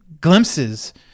glimpses